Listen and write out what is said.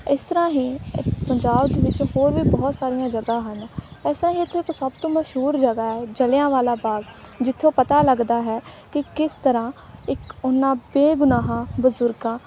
ਇਸ ਤਰ੍ਹਾਂ ਹੀ ਪੰਜਾਬ ਦੇ ਵਿੱਚ ਹੋਰ ਵੀ ਬਹੁਤ ਸਾਰੀਆਂ ਜਗ੍ਹਾ ਹਨ ਐਸਾ ਹੀ ਇੱਥੇ ਇੱਕ ਸਭ ਤੋਂ ਮਸ਼ਹੂਰ ਜਗ੍ਹਾ ਹੈ ਜਲ੍ਹਿਆਂਵਾਲਾ ਬਾਗ ਜਿੱਥੋਂ ਪਤਾ ਲੱਗਦਾ ਹੈ ਕਿ ਕਿਸ ਤਰ੍ਹਾਂ ਇੱਕ ਉਹਨਾਂ ਬੇਗੁਨਾਹਾਂ ਬਜ਼ੁਰਗਾਂ